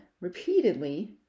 repeatedly